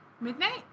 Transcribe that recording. Midnight